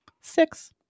Six